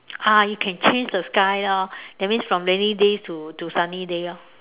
ah you can change the sky lor that means from rainy day to to sunny day orh